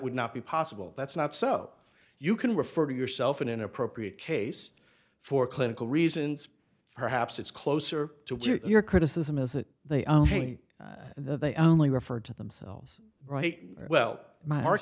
would not be possible that's not so you can refer to yourself in an appropriate case for clinical reasons perhaps it's closer to your criticism is that they are the they only refer to themselves right well m